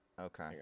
Okay